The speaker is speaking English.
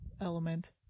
element